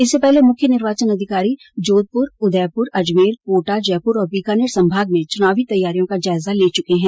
इससे पहले मुख्य निर्वाचन अधिकारी जोधपुर उदयपुर अजमेर कोटा जयपुर और बीकानेर संभाग में चुनावी तैयारियों का जायजा ले चुके हैं